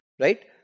Right